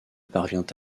parvient